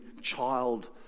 child